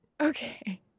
Okay